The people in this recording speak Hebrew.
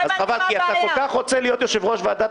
אם אתה כל כך רוצה להיות יושב-ראש ועדת